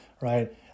right